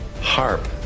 HARP